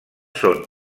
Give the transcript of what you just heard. són